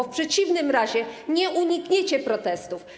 W przeciwnym razie nie unikniecie protestów.